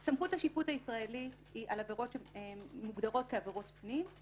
סמכות השיפוט הישראלי היא על עבירות שמוגדרות כעבירות פנים,